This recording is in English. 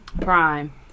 Prime